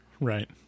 right